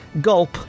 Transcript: gulp